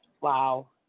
Wow